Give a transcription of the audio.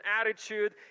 attitude